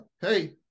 hey